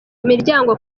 imiryango